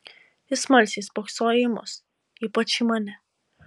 ji smalsiai spoksojo į mus ypač į mane